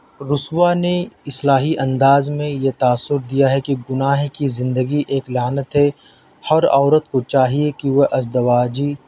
رسوا نے اصلاحی انداز میں یہ تأثر دیا ہے کہ گناہ کی زندگی ایک لعنت ہے ہر عورت کو چاہیے کہ وہ ازواجی